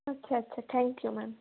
আচ্ছা আচ্ছা thank you ma'am